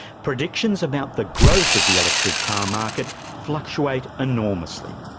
predictions about the growth of the electric car market fluctuate enormously.